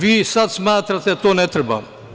Vi sada smatrate da to ne treba.